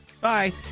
Bye